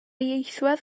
ieithwedd